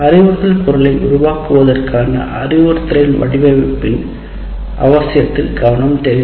அறிவுறுத்தல் பொருள் வடிவமைப்பின் தேவை மற்றும் இதன் உருவாக்கத்தில் கவனம் தேவை